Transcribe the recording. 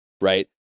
right